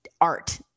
art